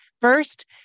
first